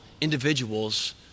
individuals